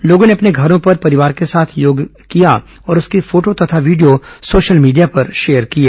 लोगों ने अपने घरों पर परिवार के साथ योग किया और उसकी फोटो तथा वीडियो सोशल मीडिया पर शेयर किए